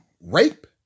Rape